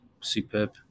superb